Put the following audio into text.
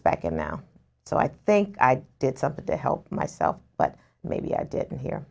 and now so i think i did something to help myself but maybe i didn't hear